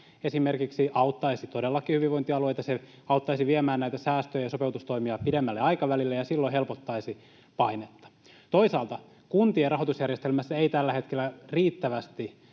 esimerkiksi auttaisi todellakin hyvinvointialueita. Se auttaisi viemään näitä säästöjen sopeutustoimia pidemmälle aikavälille ja silloin helpottaisi painetta. Toisaalta kuntien rahoitusjärjestelmässä ei tällä hetkellä riittävästi